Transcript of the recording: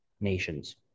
nations